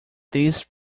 these